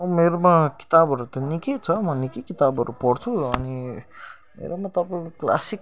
मेरोमा किताबहरू त निकै छ म निकै किताबहरू पढ्छु अनि मेरोमा तपाईँको क्लासिक